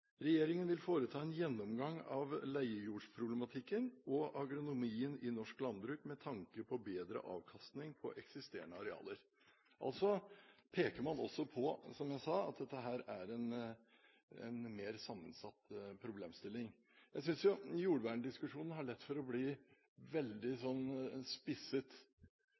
Regjeringen vil foreta en gjennomgang av leiejordsproblematikken og agronomien i norsk landbruk med tanke på bedre avkastning på eksisterende arealer.» Man peker altså på, som jeg sa, at dette er en mer sammensatt problemstilling. Jeg synes at jordverndiskusjonen har lett for å bli veldig spisset.